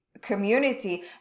community